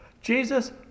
Jesus